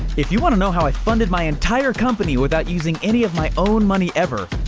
if you wanna know how i funded my entire company without using any of my own money ever,